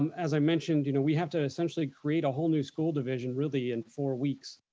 um as i mentioned, you know we have to essentially create a whole new school division really in four weeks.